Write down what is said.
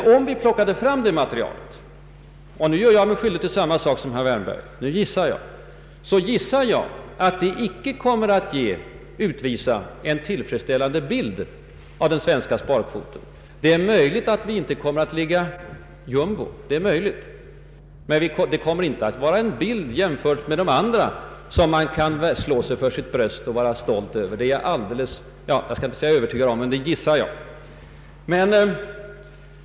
Men om vi skulle plocka sådant material — nu gör jag mig skyldig till samma sak som herr Wärnberg, och gissar — då gissar jag, att det inte kommer att ge en särskilt tillfredsställande bild av den svenska sparkvoten. Det är möjligt att vi inte — som i fråga om hushållssparandet — kommer att ligga jumbo, men jämfört med andra länder kommer materialet inte att förete en bild som vi kan vara stolta över och som kan ge oss anledning att slå oss för vårt bröst. Jag skall inte säga att jag är övertygad om det, men jag gissar att så blir fallet.